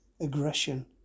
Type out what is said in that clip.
aggression